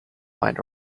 might